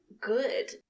Good